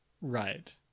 right